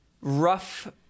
rough